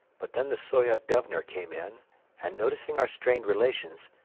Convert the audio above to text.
but then the soyot governor came in and, noticing our strained relations,